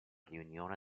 riunione